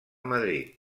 madrid